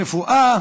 רפואה,